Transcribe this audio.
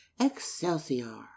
excelsior